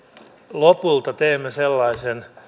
lopulta teemme sellaisen